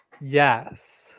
Yes